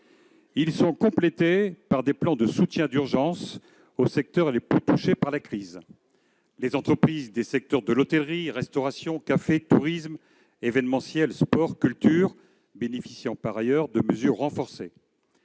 seront complétées par des plans de soutien d'urgence aux secteurs les plus touchés par la crise, les cafés, les entreprises des secteurs de l'hôtellerie, de la restauration, du tourisme, de l'événementiel, du sport et de la culture bénéficiant, par ailleurs, de mesures renforcées